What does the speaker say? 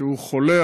שהוא חולה,